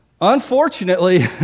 unfortunately